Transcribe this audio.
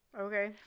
Okay